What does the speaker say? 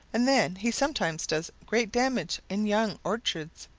and then he sometimes does great damage in young orchards.